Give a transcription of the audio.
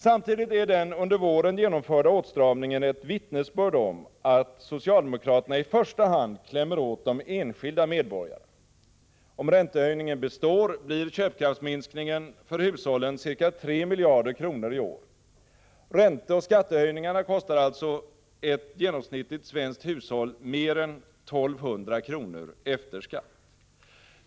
Samtidigt är den under våren genomförda åtstramningen ett vittnesbörd om att socialdemokraterna i första hand klämmer åt de enskilda medborgarna. Om räntehöjningen består, blir köpkraftsminskningen för hushållen ca 3 miljarder kronor i år. Ränteoch skattehöjningarna kostade alltså ett genomsnittligt svenskt hushåll mer än 1 200 kr. efter skatt.